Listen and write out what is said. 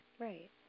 Right